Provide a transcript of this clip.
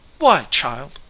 why, child!